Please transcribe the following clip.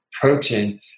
protein